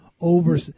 over